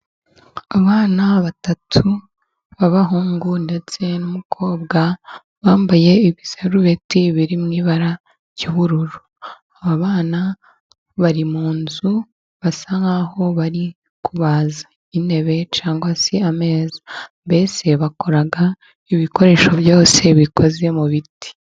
Abana batatu b’abahungu ndetse n'umukobwa，bambaye ibisarubeti，biri mub ibara ry'ubururu. Abana bari mu nzu，basa nk’aho bari kubaza intebe，cyangwa se ameza， mbese bakora ibikoresho byose bikoze mu biti.